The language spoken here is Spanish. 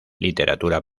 literatura